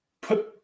put